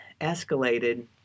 escalated